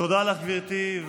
תודה לך, גברתי.